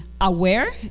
Aware